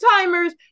timers